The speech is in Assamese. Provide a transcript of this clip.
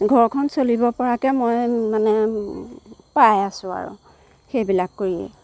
ঘৰখন চলিব পৰাকৈ মই মানে পাই আছোঁ আৰু সেইবিলাক কৰিয়েই